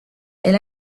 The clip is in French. elle